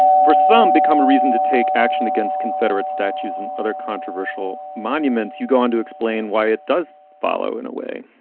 for some, become a reason to take action against confederate statues and other controversial monuments. you go on to explain why it does follow in a way